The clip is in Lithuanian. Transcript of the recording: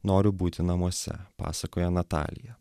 noriu būti namuose pasakoja natalija